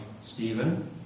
Stephen